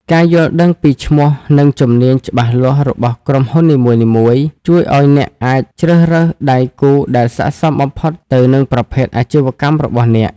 ការយល់ដឹងពីឈ្មោះ និងជំនាញច្បាស់លាស់របស់ក្រុមហ៊ុននីមួយៗ ជួយឱ្យអ្នកអាចជ្រើសរើសដៃគូដែលស័ក្តិសមបំផុតទៅនឹងប្រភេទអាជីវកម្មរបស់អ្នក។